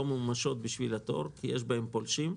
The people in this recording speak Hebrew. ממומשות בשביל התור כי יש בהן פולשים,